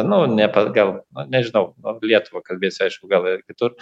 nu ne pagal nežinau lietuvą kalbėsiu aišku gal ir kitur